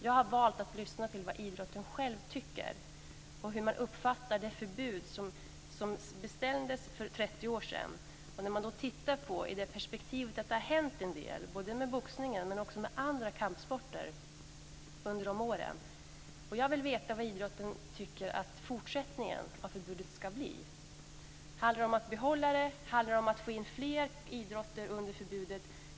Jag har valt att lyssna till vad idrotten själv tycker och hur man uppfattar det förbud som bestämdes för 30 år sedan. I det perspektivet har det hänt en del under de åren inte bara med boxningen utan också med andra kampsporter. Jag vill veta vad idrotten tycker att fortsättningen av förbudet ska bli. Handlar det om att behålla det eller att få in fler idrotter under förbudet?